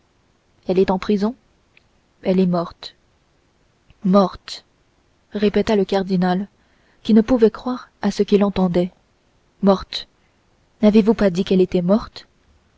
elle est en prison elle est morte morte répéta le cardinal qui ne pouvait croire à ce qu'il entendait morte n'avez-vous pas dit qu'elle était morte